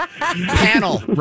Panel